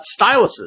Styluses